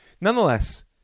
Nonetheless